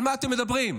על מה אתם מדברים?